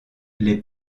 les